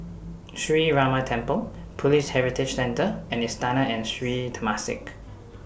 Sree Ramar Temple Police Heritage Centre and Istana and Sri Temasek